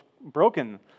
broken